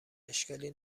اشکالی